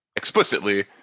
Explicitly